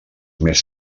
més